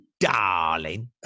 darling